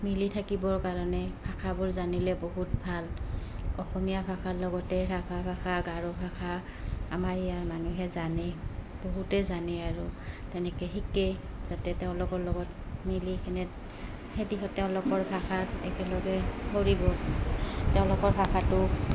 মিলি থাকিবৰ কাৰণে ভাষাবোৰ জানিলে বহুত ভাল অসমীয়া ভাষাৰ লগতে ৰাভা ভাষা গাৰো ভাষা আমাৰ ইয়াৰ মানুহে জানে বহুতেই জানে আৰু তেনেকৈ শিকে যাতে তেওঁলোকৰ লগত মিলি তেওঁলোকৰ ভাষাত একেলগে কৰিব তেওঁলোকৰ ভাষাটো